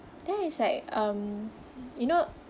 then it's like um you know